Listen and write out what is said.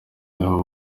naho